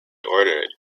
ordered